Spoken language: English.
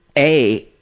a.